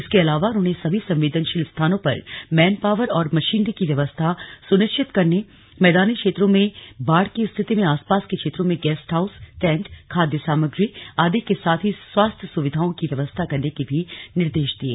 इसके अलावा उन्होंने सभी संवेदनशील स्थानों पर मैनपावर और मशीनरी की व्यवस्था सुनिश्चित करने मैदानी क्षेत्रों में बाढ़ की स्थिति में आसपास के क्षेत्रों में गेस्ट हाउस टेन्ट खाद्य सामग्री आदि के साथ ही स्वास्थ्य सुविधाओं की व्यवस्था करने के भी निर्देश दिये